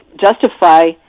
justify